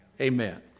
Amen